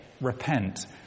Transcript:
repent